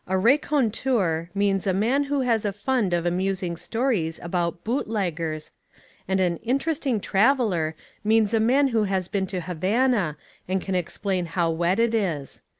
a raconteur means a man who has a fund of amusing stories about bootleggers and an interesting traveller means a man who has been to havana and can explain how wet it is.